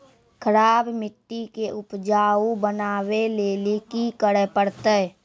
खराब मिट्टी के उपजाऊ बनावे लेली की करे परतै?